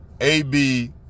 AB